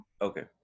Okay